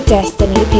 Destiny